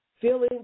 feelings